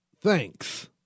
Thanks